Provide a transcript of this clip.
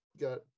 got